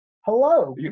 Hello